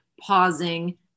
pausing